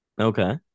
Okay